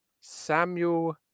Samuel